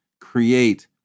create